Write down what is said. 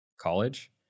college